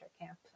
camp